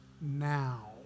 now